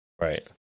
Right